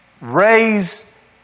raise